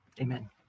Amen